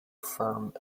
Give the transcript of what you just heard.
firm